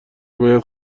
باید